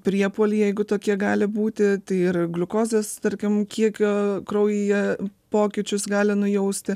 priepuolį jeigu tokie gali būti tai ir gliukozės tarkim kiekio kraujyje pokyčius gali nujausti